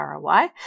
ROI